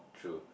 true